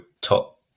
top